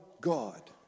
God